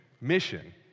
mission